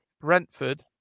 Brentford